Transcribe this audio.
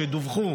שדווחו